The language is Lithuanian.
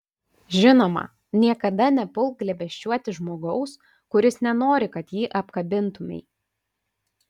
žinoma niekada nepulk glėbesčiuoti žmogaus kuris nenori kad jį apkabintumei